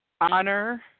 honor